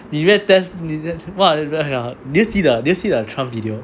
你越 test did you see the did you see the trump video